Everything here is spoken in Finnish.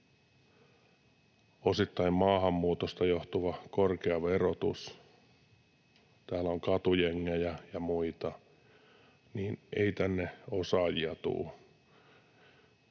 osittain maahanmuutosta johtuva korkea verotus, täällä on katujengejä ja muita, niin ei tänne osaajia tule.